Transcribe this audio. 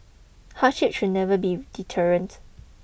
hardship should never be deterrent